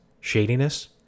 shadiness